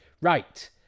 right